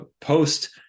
post